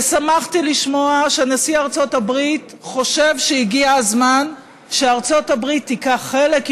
ושמחתי לשמוע שנשיא ארצות הברית חושב שהגיע הזמן שארצות הברית תיקח חלק,